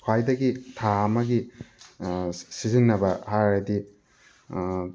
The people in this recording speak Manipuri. ꯈ꯭ꯋꯥꯏꯗꯒꯤ ꯊꯥ ꯑꯃꯒꯤ ꯁꯤꯖꯤꯟꯅꯕ ꯍꯥꯏꯔꯗꯤ